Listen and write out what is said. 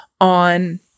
on